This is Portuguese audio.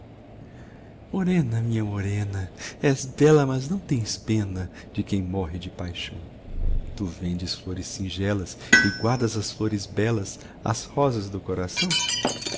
morena minha morena és bela mas não tens pena de quem morre de paixão tu vendes flores singelas e guardas as flores belas as rosas do coração